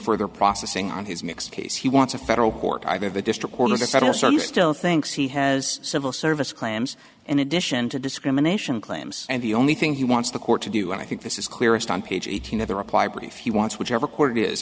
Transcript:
further processing on his mixed case he wants a federal court either the district or the federal certainly still thinks he has civil service claims in addition to discrimination claims and the only thing he wants the court to do i think this is clearest on page eighteen of the reply brief he wants whichever court is